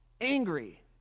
angry